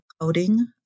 coding